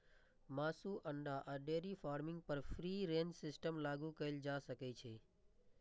मासु, अंडा आ डेयरी फार्मिंग पर फ्री रेंज सिस्टम लागू कैल जा सकै छै